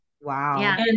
Wow